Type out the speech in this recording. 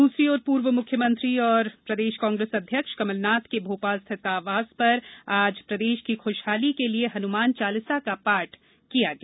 द्रसरी ओर पूर्व मुख्यमंत्री और प्रदेश कांग्रेस अध्यक्ष कमलनाथ के भोपाल स्थित निवास पर आज प्रदेश की खुशहाली के लिये हनुमान चालीसा का पाठ किया गया